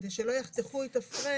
כדי שלא יחתכו את הפריים,